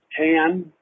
tan